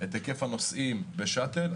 את היקף הנוסעים בשאט"ל.